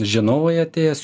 žinovai atėjęs